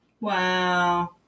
Wow